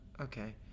okay